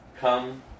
come